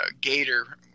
Gator